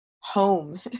home